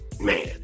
man